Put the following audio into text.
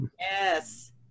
Yes